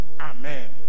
Amen